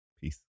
Peace